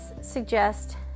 suggest